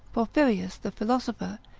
porphyrius the philosopher,